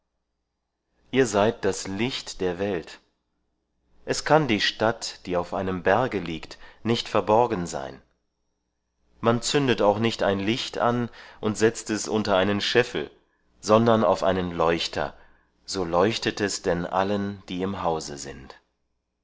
ihr seid das licht der welt es kann die stadt die auf einem berge liegt nicht verborgen sein man zündet auch nicht ein licht an und setzt es unter einen scheffel sondern auf einen leuchter so leuchtet es denn allen die im hause sind